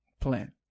plan